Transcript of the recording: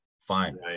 fine